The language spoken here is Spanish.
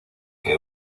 que